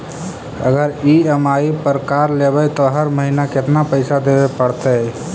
अगर ई.एम.आई पर कार लेबै त हर महिना केतना पैसा देबे पड़तै?